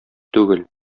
түгел